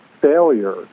failure